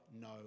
no